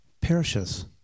perishes